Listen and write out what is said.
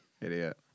Idiot